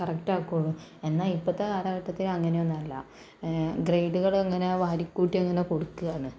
കറക്റ്റാക്കോള്ളു എന്നാൽ ഇപ്പത്തെ കാലഘട്ടത്തില് അങ്ങനെ ഒന്നുവല്ല ഗ്രേഡ്കള് അങ്ങനെ വാരിക്കൂട്ടി അങ്ങനെ കൊടുക്ക ആണ്